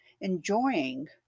enjoying